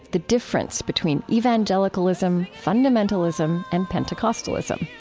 the difference between evangelicalism, fundamentalism, and pentecostalism.